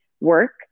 work